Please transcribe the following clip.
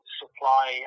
supply